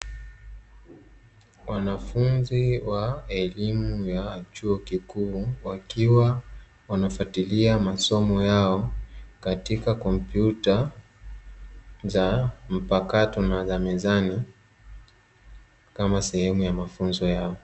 Wanafunzi wa elimu ya chuo kikuu, wakiwa wanafuatilia masomo yao katika kompyuta za mpakato na zamezani, kama sehemu ya mafunzo yao.